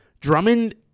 Drummond